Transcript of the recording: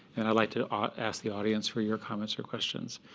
and i'd like to ah ask the audience for your comments or questions.